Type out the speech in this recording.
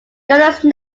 governance